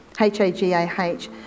H-A-G-A-H